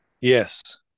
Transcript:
yes